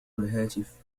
الهاتف